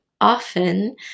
often